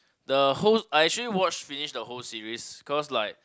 the whole I actually watch finish the whole series cause like